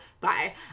Bye